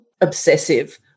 obsessive